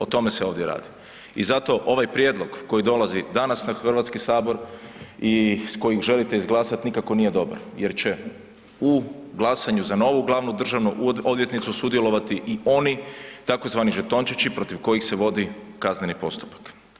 O tome se ovdje radi i zato ovaj prijedlog koji dolazi danas na Hrvatski sabor i s kojih želite izglasati nikako nije dobar jer će u glasanju za novu glavnu državnu odvjetnicu sudjelovati i oni tzv. žetončići protiv kojih se vodi kazneni postupak.